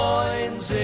Coins